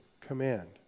command